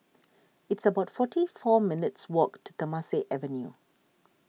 it's about forty four minutes' walk to Temasek Avenue